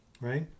Right